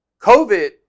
COVID